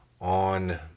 on